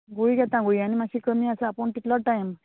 गुळी घेता गुळयांनी मात्शी कमी आसा पूण तितलो टायम